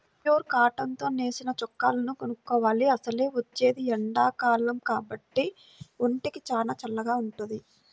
pure cotton తో నేసిన చొక్కాలను కొనుక్కోవాలి, అసలే వచ్చేది ఎండాకాలం కాబట్టి ఒంటికి చానా చల్లగా వుంటది